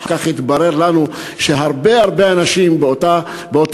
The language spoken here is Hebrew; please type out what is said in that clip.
אחר כך התברר לנו שהרבה הרבה אנשים באותו